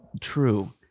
true